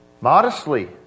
modestly